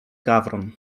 gawron